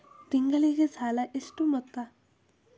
ತಿಂಗಳಿಗೆ ಸಾಲ ಎಷ್ಟು ಮೊತ್ತ?